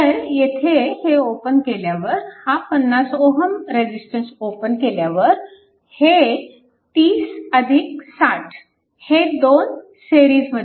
तर येथे हे ओपन केल्यावर हा 50Ω रेजिस्टन्स ओपन केल्यावर हे 30 60 हे दोन सिरीजमध्ये आहेत